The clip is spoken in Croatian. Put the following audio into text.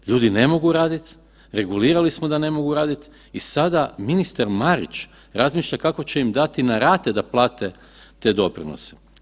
Ljudi ne mogu raditi, regulirali smo da ne mogu raditi i sada ministar Marić razmišlja kako ćemo im dati na rate da plate te doprinose.